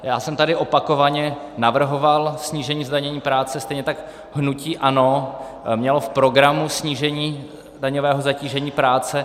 Já jsem tady opakovaně navrhoval snížení zdanění práce, stejně tak hnutí ANO mělo v programu snížení daňového zatížení práce.